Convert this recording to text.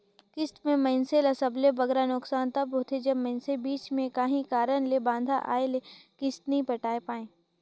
किस्त में मइनसे ल सबले बगरा नोसकान तब होथे जब मइनसे बीच में काहीं कारन ले बांधा आए ले किस्त नी पटाए पाए